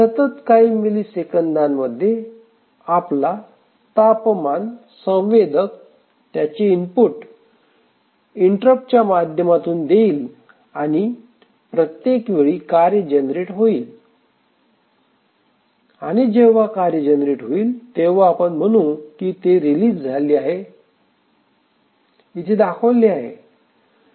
सतत काही मिली सेकंदांमध्ये आपला तापमान संवेदक त्याचे इनपुट इंटरप्टच्या माध्यमातून देईल आणि त्या प्रत्येक वेळी कार्य जनरेट होईल आणि जेव्हा कार्य जनरेट होईल तेव्हा आपण म्हणून की रिलीज झाले इथे दाखविले आहे